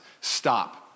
stop